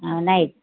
नाही